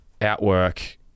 outwork